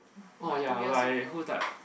oh ya why who's like